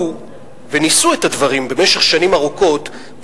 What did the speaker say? וניסו את הדברים במשך שנים ארוכות,